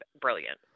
brilliant